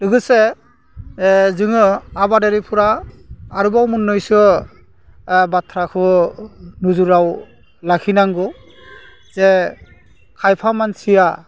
लोगोसे जोङो आबादारिफ्रा आरोबाव मोन्नैसो बाथ्राखो नोजोराव लाखिनांगौ जे खायफा मानसिया